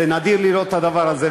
זה נדיר לראות את הדבר הזה,